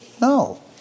No